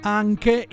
anche